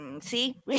See